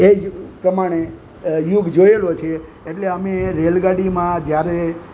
એ જ પ્રમાણે યુગ જોયેલો છે એટલે અમે રેલગાડીમાં જ્યારે